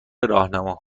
راهنما